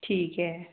ਠੀਕ ਹੈ